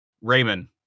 raymond